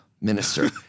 minister